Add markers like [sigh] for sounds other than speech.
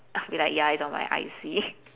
[laughs] be like ya it's on my I_C